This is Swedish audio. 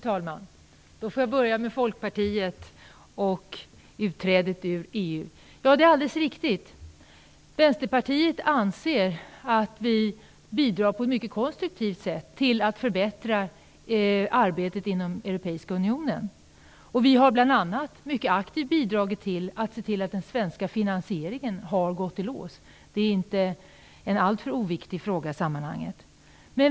Fru talman! Jag börjar med Folkpartiet och frågan om ett utträde ur EU. Ja, det är alldeles riktigt att vi i Vänsterpartiet anser att vi på ett mycket konstruktivt sätt bidrar till att arbetet inom Europeiska unionen förbättras. Bl.a. har vi mycket aktivt bidragit när det gällt att se till att den svenska finansieringen gått i lås - en inte alltför oviktig fråga i sammanhanget.